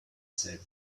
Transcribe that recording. said